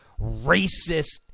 racist